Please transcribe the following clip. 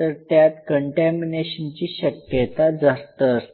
तर त्यात कंटॅमीनेशनची शक्यता जास्त असते